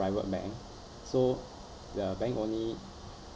private bank so the bank only